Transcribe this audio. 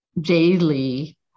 daily